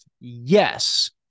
yes